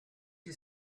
you